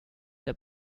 see